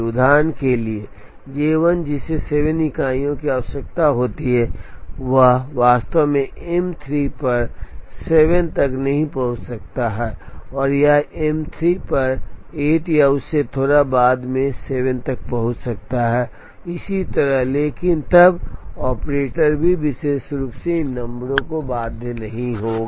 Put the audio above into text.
उदाहरण के लिए J 1 जिसे 7 इकाइयों की आवश्यकता होती है वह वास्तव में M 3 पर 7 तक नहीं पहुंच सकता है यह M 3 पर 8 या उससे थोड़ा बाद में 7 तक पहुंच सकता है और इसी तरह लेकिन तब ऑपरेटर भी विशेष रूप से इन नंबरों से बाध्य नहीं होगा